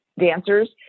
Dancers